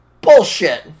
Bullshit